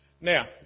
Now